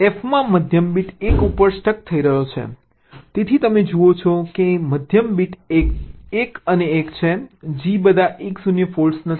f માં મધ્યમ bit 1 ઉપર સ્ટક થઈ ગયો છે તેથી તમે જુઓ છો કે મધ્યમ બીટ 1 અને 1 છે g બધા 1 0 ફોલ્ટ નથી